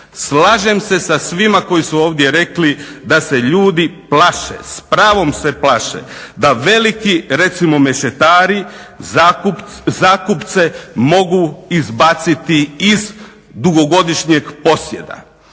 slažem se sa svima koji su ovdje rekli da se ljudi plaše. S pravom se plaše, da veliki recimo mešetari zakupce mogu izbaciti iz dugogodišnjeg posjeda.